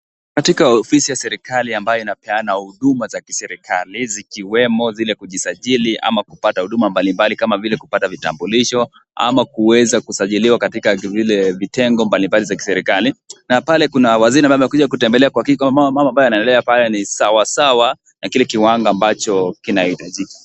Katika ofisi ya serikali ambayo inapeana huduma za kiserikali zikiwemo zile kujisajili, ama kupata huduma mbalimbali kama vile kupata vitambulisho, ama kuweza kusajiliwa katika vile vitengo mbalimbali vya kiserikali. Na pale kuna waziri ambaye amekuja kutembelea kuhakikisha kwamba mambo ambayo yanaendelea pale ni sawa, sawa na kile kiwango ambacho kinahitajika.